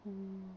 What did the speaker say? mm